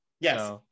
yes